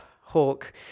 Hawk